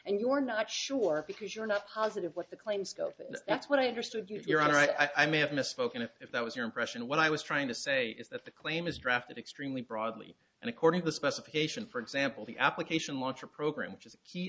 and you're not sure because you're not positive what the claims go that's what i understood your honor i may have misspoken it if that was your impression what i was trying to say is that the claim is drafted extremely broadly and according to specification for example the application launcher program which is a key